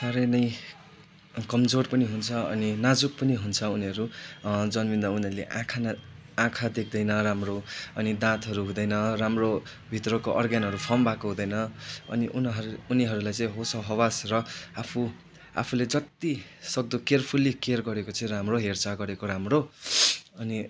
सारै नै कमजोर पनि हुन्छ अनि नाजुक पनि हुन्छ उनिहरू जन्मिँदा उनीहरूले आँखा न आँखा देखदैन राम्रो अनि दातहरू हुँदैन राम्रो भित्रको अरग्यानहरू फर्म भएको हुँदैन अनि उनीहरू उनिहरूलाई होसहवस र आफु आफुले जति सक्दो केयरफुल्ली केयर गरेको चाहिँ राम्रो हेरचाह गरेको राम्रो अनि